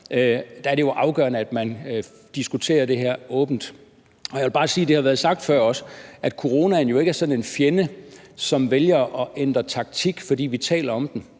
der er det jo afgørende, at man diskuterer det her åbent. Jeg vil bare sige, og det har også været sagt før, at coronaen jo ikke er sådan en fjende, som vælger at ændre taktik, fordi vi taler om den.